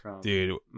Dude